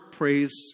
praise